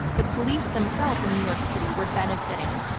the police themselves in new york city were benefiting,